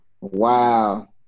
wow